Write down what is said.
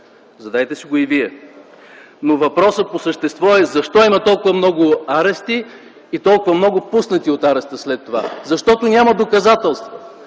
Задайте си го и вие. Но въпросът по същество е защо има толкова много арести и толкова много пуснати от ареста след това? Защото няма доказателства.